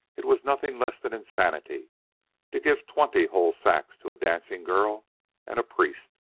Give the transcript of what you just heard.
it was nothing less than insanity to give twenty whole sacks to a dancing-girl and a priest.